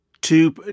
Two